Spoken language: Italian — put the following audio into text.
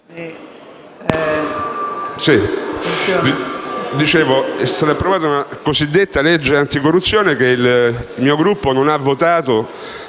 nel 2015 è stata approvata la cosiddetta legge anticorruzione, che il mio Gruppo non ha votato